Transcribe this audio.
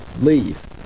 leave